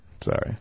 Sorry